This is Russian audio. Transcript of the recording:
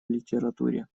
литературе